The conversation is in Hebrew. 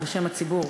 בשם הציבור,